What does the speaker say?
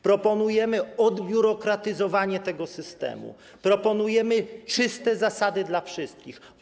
Proponujemy odbiurokratyzowanie tego systemu, proponujemy czyste zasady dla wszystkich.